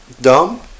dumb